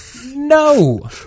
No